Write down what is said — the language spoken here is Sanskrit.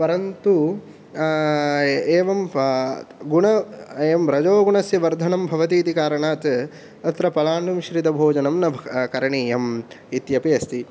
परन्तु एवं गुण एवं रजोगुणस्य वर्धनं भवति इति कारणात् अत्र पलाण्डुमिश्रितं भोजनं न भक् करणीयम् इत्यपि अस्ति